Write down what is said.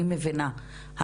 אני מבינה,